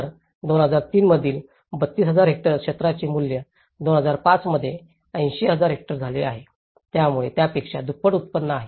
तर 2003 मधील 32000 हेक्टर क्षेत्राचे मूल्य 2005 मध्ये 80000 हेक्टर झाले आहे त्यामुळे त्यापेक्षा दुप्पट उत्पन्न आहे